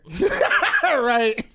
Right